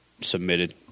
submitted